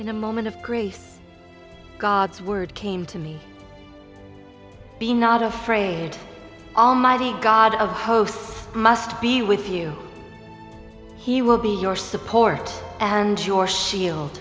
in a moment of grace god's word came to me be not afraid almighty god of hosts must be with you he will be your support and your shield